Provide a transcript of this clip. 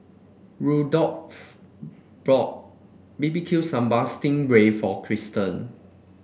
rudolph bought B B Q Sambal Sting Ray for Christen